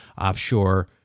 offshore